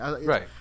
right